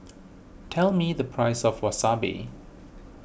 tell me the price of Wasabi